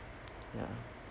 ya